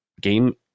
game